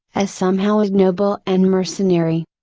as somehow ignoble and mercenary.